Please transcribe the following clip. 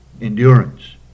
endurance